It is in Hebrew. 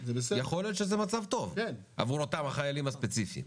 יכול להיות שזה מצב טוב עבור אותם חיילים ספציפיים.